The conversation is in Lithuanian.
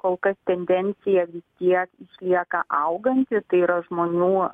kol kas tendencija vis tiek lieka auganti tai yra žmonų